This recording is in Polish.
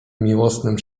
miłosnym